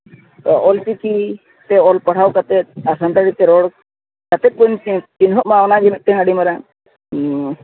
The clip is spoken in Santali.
ᱚᱞᱪᱤᱠᱤ ᱛᱮ ᱚᱞᱚᱜ ᱯᱟᱲᱦᱟᱣ ᱠᱟᱛᱮᱫ ᱟᱨ ᱥᱟᱱᱛᱟᱲᱤ ᱛᱮ ᱨᱚᱲ ᱠᱟᱛᱮᱫ ᱵᱚᱱ ᱪᱤᱱᱦᱟᱹᱜ ᱢᱟ ᱚᱱᱟᱜᱮ ᱢᱤᱫᱴᱮᱱ ᱟᱹᱰᱤ ᱢᱟᱨᱟᱝ